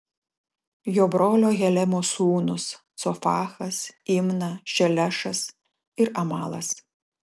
jo brolio helemo sūnūs cofachas imna šelešas ir amalas